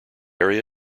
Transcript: area